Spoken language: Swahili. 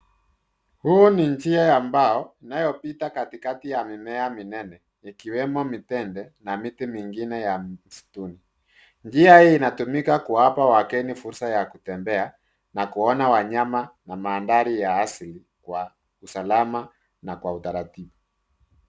Huu ni njia ya mbao inayopita katikati ya mimea minene ikiwemo mitende na miti mingine ya msituni, njia hii inatumika kuwapa wageni fursa ya kutembea na kuona wanyama na mandhari ya asili kwa usalama na kwa utaratibu.